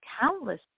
countless